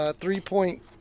three-point